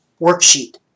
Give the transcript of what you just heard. worksheet